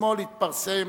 אתמול התפרסם